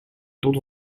dont